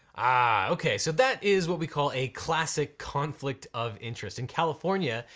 ah okay, so that is what we call a classic conflict of interest. in california,